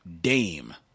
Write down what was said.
Dame